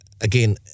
Again